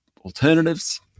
alternatives